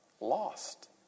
lost